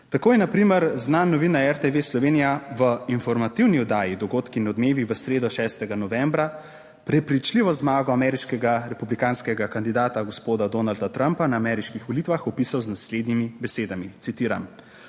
Tako je na primer znan novinar RTV Slovenija v informativni oddaji Dogodki in odmevi v sredo 6. novembra prepričljivo zmago ameriškega republikanskega kandidata, gospoda Donalda Trumpa na ameriških volitvah opisal z naslednjimi besedami, citiram: